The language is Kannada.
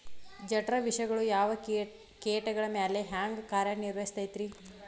ಜಠರ ವಿಷಗಳು ಯಾವ ಕೇಟಗಳ ಮ್ಯಾಲೆ ಹ್ಯಾಂಗ ಕಾರ್ಯ ನಿರ್ವಹಿಸತೈತ್ರಿ?